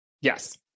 Yes